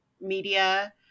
media